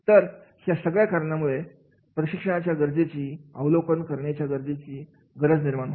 तर ह्या सगळ्या कारणांमुळे प्रशिक्षणाच्या गरजेची अवलोकन करण्याची गरज निर्माण होते